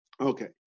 Okay